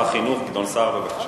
שר החינוך גדעון סער, בבקשה.